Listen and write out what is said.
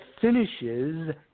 finishes